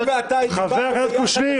אני ואתה הצבענו ביחד --- חבר הכנסת קושניר,